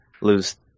lose